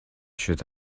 should